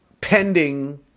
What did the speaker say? pending